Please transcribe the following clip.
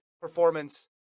performance